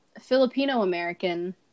filipino-american